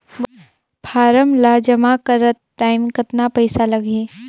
Form ला जमा करत टाइम कतना पइसा लगही?